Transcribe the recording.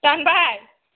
दानबाय